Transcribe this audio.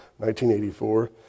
1984